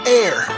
air